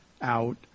out